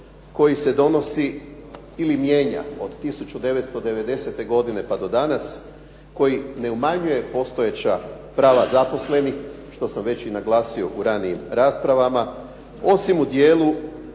koji se donosi ili mijenja od 1999. godine pa do danas koji ne umanjuje postojeća prava zaposlenih, što sam ranije naglasio u ranijim raspravama, osim u dijelu